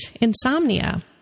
insomnia